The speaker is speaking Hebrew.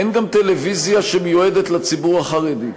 אין גם טלוויזיה שמיועדת לציבור החרדי.